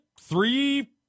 three